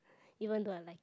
even though I like it